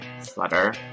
flutter